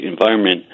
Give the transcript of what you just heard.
environment